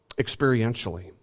experientially